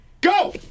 Go